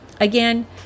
Again